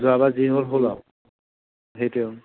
যোৱাবাৰ যি হ'ল হ'ল আউ সেইটোৱে আউ